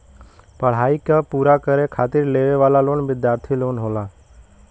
पढ़ाई क पूरा करे खातिर लेवे वाला लोन विद्यार्थी लोन होला